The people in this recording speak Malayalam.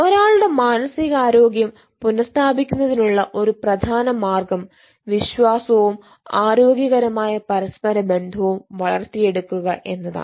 ഒരാളുടെ മാനസികാരോഗ്യം പുനസ്ഥാപിക്കുന്നതിനുള്ള ഒരു പ്രധാന മാർഗ്ഗം വിശ്വാസവും ആരോഗ്യകരമായ പരസ്പര ബന്ധവും വളർത്തിയെടുക്കുക എന്നതാണ്